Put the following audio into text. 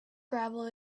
gravel